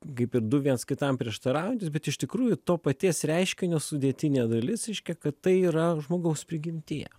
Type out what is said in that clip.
kaip ir du viens kitam prieštaraujantys bet iš tikrųjų to paties reiškinio sudėtinė dalis reiškia kad tai yra žmogaus prigimtyje